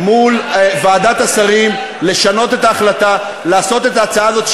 מול ועדת השרים לשנות את ההחלטה ולקבל את ההצעה הזאת,